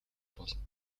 болно